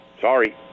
sorry